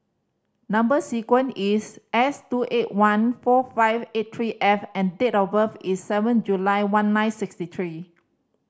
number sequence is S two eight one four five six three F and date of birth is seven July one nine sixty three